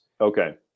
Okay